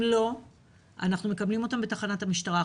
לא אנחנו מקבלים אותם בתחנת המשטרה.